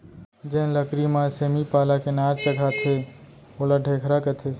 जेन लकरी म सेमी पाला के नार चघाथें ओला ढेखरा कथें